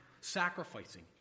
sacrificing